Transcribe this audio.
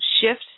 shift